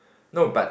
no but